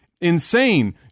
insane